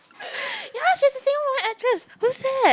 yeah she's a same old actress who's that